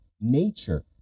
nature